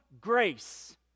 grace